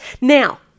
Now